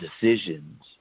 decisions